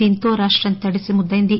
దీంతో రాష్టం తడిసి ముద్దెంది